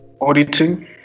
auditing